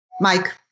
Mike